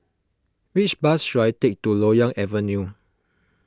which bus should I take to Loyang Avenue